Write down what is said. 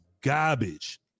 garbage